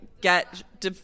get